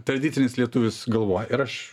tradicinis lietuvis galvoja ir aš